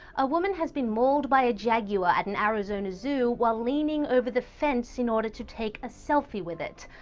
a woman has been mauled by a jaguar at an arizona zoo, while leaning over the fence in order to take a selfie with it.